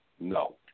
No